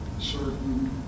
certain